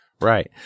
right